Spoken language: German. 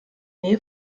nähe